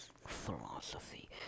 philosophy